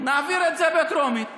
נעביר את זה בטרומית,